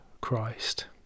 Christ